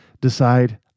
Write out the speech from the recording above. decide